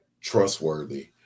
trustworthy